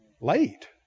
late